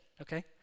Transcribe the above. okay